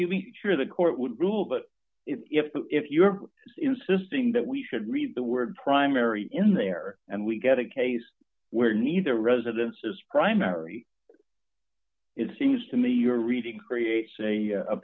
you mean sure the court would rule but if if you're insisting that we should read the word primary in there and we get a case where neither residence is primary it seems to me you're reading creates a